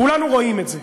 כולנו רואים את זה.